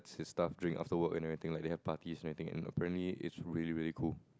his staff drinks after work and everything like they have parties and everything and apparently it's really really cool